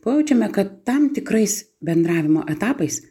pajaučiame kad tam tikrais bendravimo etapais